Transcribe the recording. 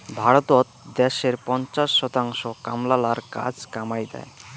ভারতত দ্যাশের পঞ্চাশ শতাংশ কামলালার কাজ কামাই দ্যায়